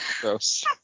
Gross